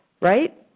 right